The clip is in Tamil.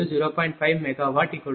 005 p